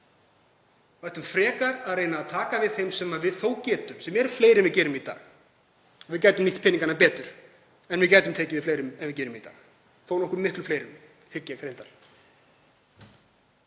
ættum frekar að reyna að taka við þeim sem við þó getum, sem eru fleiri en við gerum í dag. Við gætum nýtt peningana betur en við gætum tekið við fleirum en við gerum í dag, miklu fleiri, hygg ég reyndar,